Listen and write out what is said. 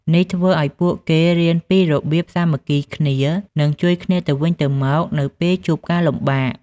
នេះធ្វើឲ្យពួកគេរៀនពីរបៀបសាមគ្គីគ្នា និងជួយគ្នាទៅវិញទៅមកនៅពេលជួបការលំបាក។